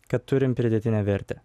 kad turim pridėtinę vertę